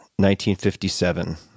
1957